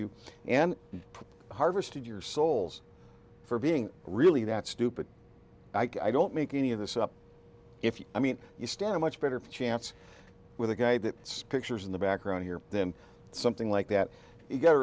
you and harvested your souls for being really that stupid i don't make any of this up if you i mean you stand a much better chance with a guy that scriptures in the background here than something like that you gotta